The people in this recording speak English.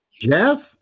Jeff